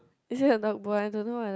is it her notebook I don't know ah